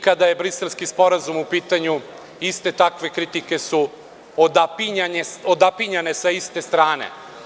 Kada je Briselski sporazum u pitanju iste takve kritike su odapinjane sa iste strane.